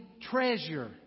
treasure